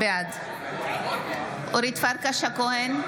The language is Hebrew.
בעד אורית פרקש הכהן,